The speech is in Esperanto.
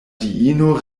diino